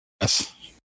Yes